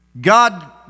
God